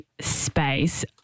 space